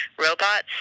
robots